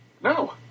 no